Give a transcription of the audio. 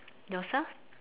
yourself